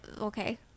okay